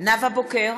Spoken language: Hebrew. נאוה בוקר,